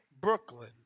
Brooklyn